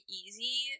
easy